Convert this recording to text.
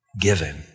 given